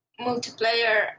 multiplayer